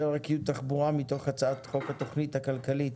פרק י', תחבורה מתוך הצעת חוק התוכנית הכלכלית